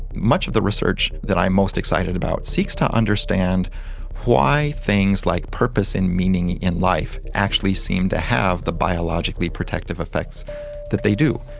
much of the research that i'm most excited about seeks to understand why things like purpose and meaning in life actually seem to have the biologically protective effects that they do.